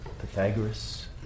Pythagoras